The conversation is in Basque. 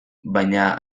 baina